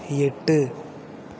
எட்டு